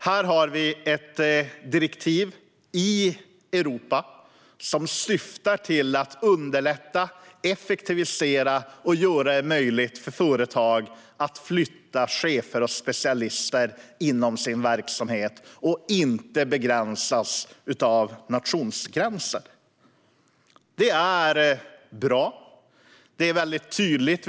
Här har vi ett direktiv i Europa som syftar till att underlätta, effektivisera och göra det möjligt för företag att flytta chefer och specialister inom sin verksamhet utan att begränsas av nationsgränser. Det är bra, och det är väldigt tydligt.